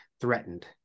threatened